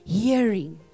hearing